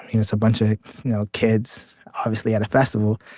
it's a bunch of you know kids obviously at a festival.